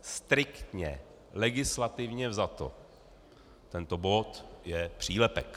Striktně legislativně vzato, tento bod je přílepek.